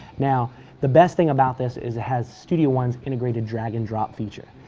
now the best thing about this is it has studio one's integrated drag and drop feature.